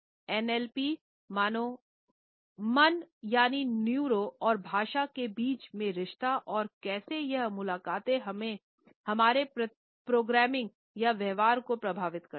NLP मन यानि neuro और भाषा के बीच में रिश्ते और कैसे यह मुलाक़ातें हमारे प्रोग्रामिंग या व्यवहार को प्रभावित करती है